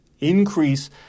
increase